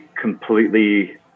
completely